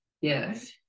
Yes